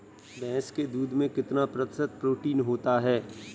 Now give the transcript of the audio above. भैंस के दूध में कितना प्रतिशत प्रोटीन होता है?